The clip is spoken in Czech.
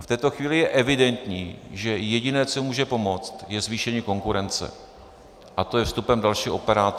V této chvíli je evidentní, že jediné, co může pomoct, je zvýšení konkurence, a to je vstupem dalšího operátora.